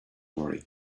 worry